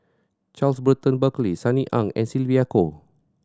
Charles Burton Buckley Sunny Ang and Sylvia Kho